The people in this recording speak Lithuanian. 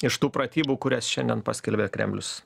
iš tų pratybų kurias šiandien paskelbė kremlius